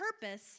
purpose